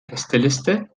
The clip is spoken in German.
gästeliste